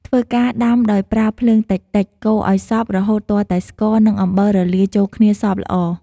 ធ្វើការដាំដោយប្រើភ្លើងតិចៗ កូរឲ្យសព្វរហូតទាល់តែស្ករ និងអំបិលរលាយចូលគ្នាសព្វល្អ។